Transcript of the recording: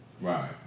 Right